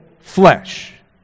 flesh